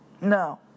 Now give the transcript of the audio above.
No